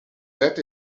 that